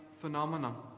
phenomenon